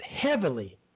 heavily